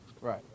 Right